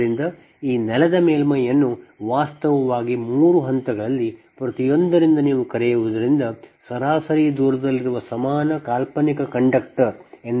ಆದ್ದರಿಂದ ಈ ನೆಲದ ಮೇಲ್ಮೈಯನ್ನು ವಾಸ್ತವವಾಗಿ ಮೂರು ಹಂತಗಳಲ್ಲಿ ಪ್ರತಿಯೊಂದರಿಂದ ನೀವು ಕರೆಯುವದರಿಂದ ಸರಾಸರಿ ದೂರದಲ್ಲಿರುವ ಸಮಾನ ಕಾಲ್ಪನಿಕ ಕಂಡಕ್ಟರ್ ಎಂದು ಅಂದಾಜಿಸಲಾಗಿದೆ